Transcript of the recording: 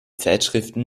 zeitschriften